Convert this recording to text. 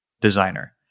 designer